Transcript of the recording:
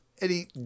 Eddie